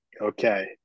okay